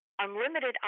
unlimited